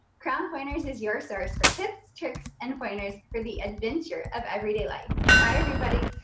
crown pointers is your source for tips, tricks, and pointers for the adventure of everyday life. bye, everybody.